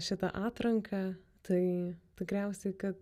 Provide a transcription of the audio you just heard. šitą atranką tai tikriausiai kad